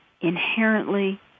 inherently